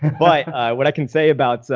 but what i can say about,